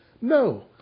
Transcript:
No